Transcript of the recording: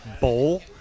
bowl